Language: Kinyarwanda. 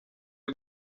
uri